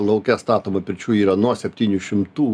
lauke statomų pirčių yra nuo septynių šimtų